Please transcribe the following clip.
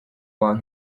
along